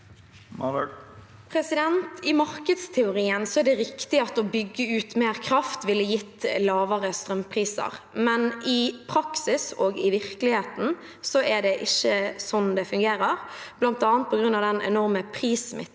I markedsteorien er det riktig at å bygge ut mer kraft vil gi lavere strømpriser, men i praksis og i virkeligheten er det ikke slik det fungerer, bl.a. på grunn av den enorme prissmitten